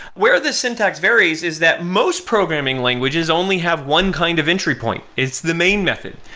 where the syntax varies is that most programming languages only have one kind of entry point. it's the main method.